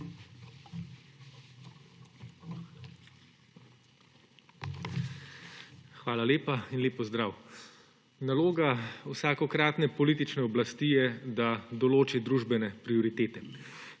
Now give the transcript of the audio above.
Hvala lepa. Lep pozdrav! Naloga vsakokratne politične oblasti je, da določi družbene prioritete,